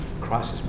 crisis